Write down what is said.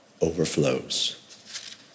overflows